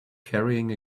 carrying